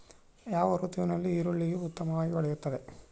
ಯಾವ ಋತುವಿನಲ್ಲಿ ಈರುಳ್ಳಿಯು ಉತ್ತಮವಾಗಿ ಬೆಳೆಯುತ್ತದೆ?